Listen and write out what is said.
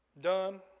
done